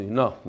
no